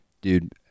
Dude